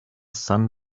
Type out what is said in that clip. sun